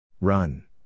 Run